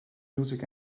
music